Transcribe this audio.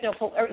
no